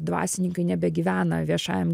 dvasininkai nebegyvena viešajam